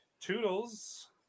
Toodles